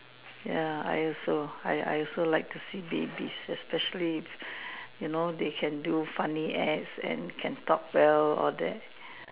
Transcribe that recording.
ya I also I I also like to see babies especially if you know they can do funny acts and can talk well all that